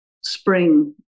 spring